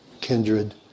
kindred